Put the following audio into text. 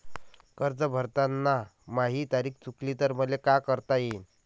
कर्ज भरताना माही तारीख चुकली तर मले का करता येईन?